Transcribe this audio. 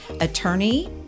Attorney